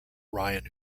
ryan